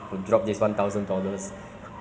one thousand dollars they can go and claim it lor